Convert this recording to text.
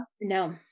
No